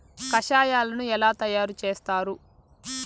కషాయాలను ఎలా తయారు చేస్తారు?